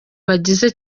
bagize